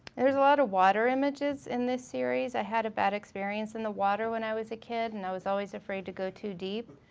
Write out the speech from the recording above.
there's a lot of water images in this series. i had a bad experience in the water when i was a kid and i was always afraid to go too deep.